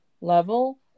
level